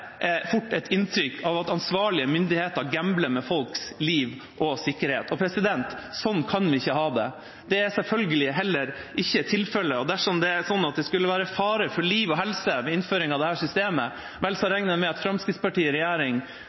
fort et inntrykk av at ansvarlige myndigheter gambler med folks liv og sikkerhet. Sånn kan vi ikke ha det. Det er selvfølgelig heller ikke tilfellet, og dersom det var sånn at det var fare for liv og helse ved innføring av dette systemet, regner jeg med at Fremskrittspartiet i regjering